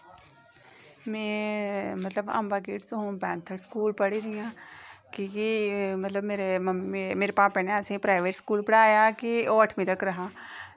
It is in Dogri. में मतलब अम्बा किड्स स्कूल पैंथल पढ़ी दी आं की के मेरे भापे नै असेंगी प्राईवेट स्कूल पढ़ाया कि ओह् अठमीं तगर हा